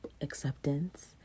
acceptance